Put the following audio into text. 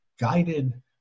guided